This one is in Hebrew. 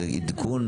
זה עדכון?